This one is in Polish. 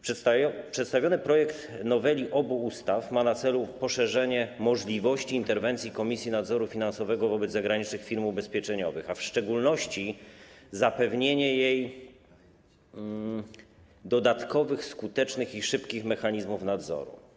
Przedstawiony projekt noweli obu ustaw ma na celu poszerzenie możliwości interwencji Komisji Nadzoru Finansowego wobec zagranicznych firm ubezpieczeniowych, a w szczególności zapewnienie jej dodatkowych, skutecznych i szybkich mechanizmów nadzoru.